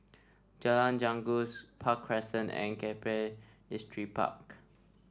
Jalan Janggus Park Crescent and Keppel Distripark